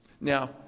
Now